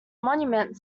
monument